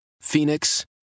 Phoenix